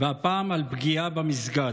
והפעם על פגיעה במסגד.